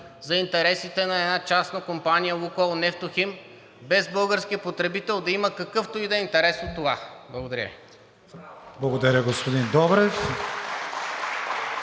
за интересите на една частна компания – „Лукойл Нефтохим“, без българският потребител да има какъвто и да е интерес от това? Благодаря Ви. (Ръкопляскания от